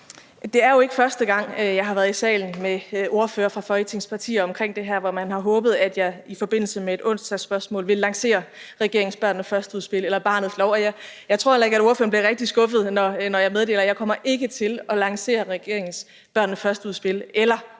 Det er jo ikke første gang, jeg har været i salen med spørgere fra Folketingets partier omkring det her, altså hvor man har håbet, at jeg i forbindelse med et onsdagsspørgsmål ville lancere regeringens »Børnene Først«-udspil eller barnets lov. Jeg tror heller ikke, at ordføreren bliver rigtig skuffet, når jeg meddeler, at jeg ikke kommer til at lancere regeringens »Børnene Først«-udspil eller barnets lov